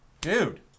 dude